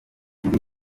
muri